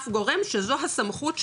אף גורם שזו הסמכות שלו,